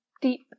deep